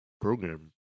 program